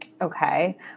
okay